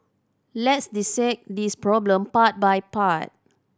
let's dissect this problem part by part